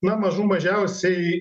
na mažų mažiausiai